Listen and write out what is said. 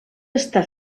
estar